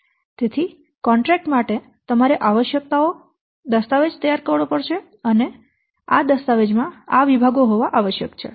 તેથી કોન્ટ્રેક્ટ માટે તમારે આવશ્યકતાઓ દસ્તાવેજ તૈયાર કરવો પડશે અને આવશ્યક દસ્તાવેજ માં આ વિભાગો હોવા આવશ્યક છે